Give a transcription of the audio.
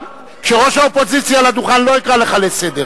כשראש האופוזיציה על הדוכן לא אקרא לך לסדר.